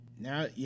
now